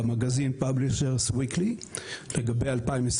לגבי 2022,